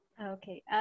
Okay